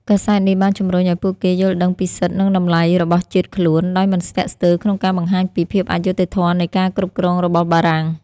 កាសែតនេះបានជំរុញឱ្យពួកគេយល់ដឹងពីសិទ្ធិ និងតម្លៃរបស់ជាតិខ្លួន ដោយមិនស្ទាក់ស្ទើរក្នុងការបង្ហាញពីភាពអយុត្តិធម៌នៃការគ្រប់គ្រងរបស់បារាំង។